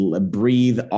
breathe